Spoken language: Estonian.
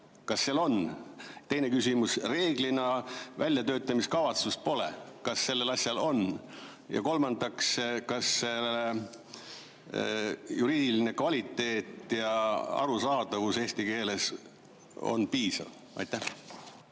Kas seal on? Teine küsimus: reeglina väljatöötamiskavatsust pole – kas sellel asjal on? Ja kolmandaks, kas selle juriidiline kvaliteet ja arusaadavus eesti keeles on piisav? Hea